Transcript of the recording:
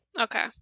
Okay